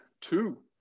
two